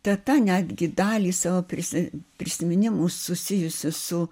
teta netgi dalį savo prisi prisiminimų susijusių su